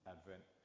Advent